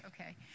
Okay